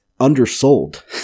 undersold